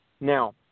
Now